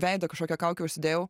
veidą kažkokią kaukę užsidėjau